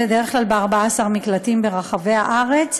בדרך כלל ב-14 מקלטים ברחבי הארץ.